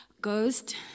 Ghost